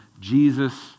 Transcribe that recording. Jesus